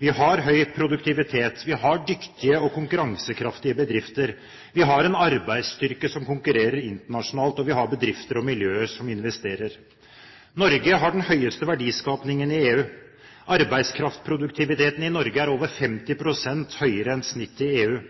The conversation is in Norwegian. Vi har høy produktivitet, vi har dyktige og konkurransekraftige bedrifter, vi har en arbeidsstyrke som konkurrerer internasjonalt, og vi har bedrifter og miljøer som investerer. Norge har den høyeste verdiskapingen i EU. Arbeidskraftproduktiviteten i Norge er over 50 pst. høyere enn snittet i EU.